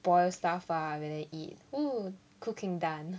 boil stuff ah when I eat !woo! cooking done